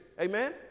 amen